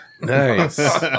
Nice